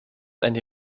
eine